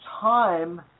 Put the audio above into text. time